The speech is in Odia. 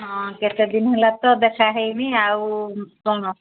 ହଁ କେତେ ଦିନ ହେଲା ତ ଦେଖାହେଇନି ଆଉ କ'ଣ